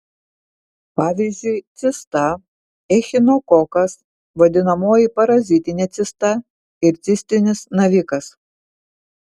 pavyzdžiui cista echinokokas vadinamoji parazitinė cista ir cistinis navikas